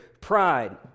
Pride